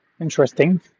Interesting